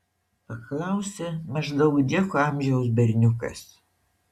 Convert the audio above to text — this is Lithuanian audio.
paklausė maždaug džeko amžiaus berniukas